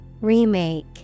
Remake